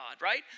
right